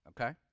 okay